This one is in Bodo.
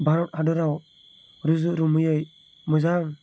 भारत हादराव रुजु रुमुयै मोजां